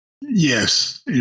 Yes